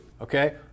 okay